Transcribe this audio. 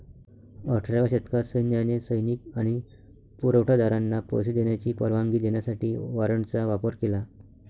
अठराव्या शतकात सैन्याने सैनिक आणि पुरवठा दारांना पैसे देण्याची परवानगी देण्यासाठी वॉरंटचा वापर केला